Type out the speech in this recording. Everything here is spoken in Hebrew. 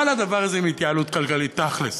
מה לדבר הזה ולהתייעלות כלכלית, תכל'ס?